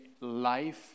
life